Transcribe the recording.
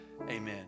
Amen